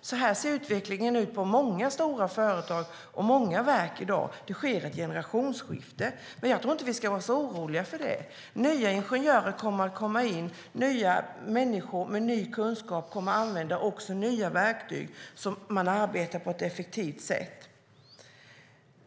Så ser utvecklingen ut på många stora företag och verk i dag. Det sker ett generationsskifte. Jag tror inte att vi behöver vara så oroliga för det. Nya ingenjörer kommer att komma in. Nya människor med ny kunskap kommer att använda nya verktyg så att arbetet blir effektivt.